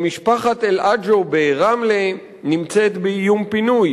משפחת אל-עג'ו ברמלה נמצאת באיום פינוי.